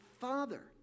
father